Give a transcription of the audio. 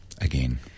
again